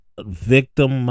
Victim